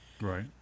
Right